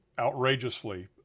outrageously